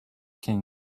king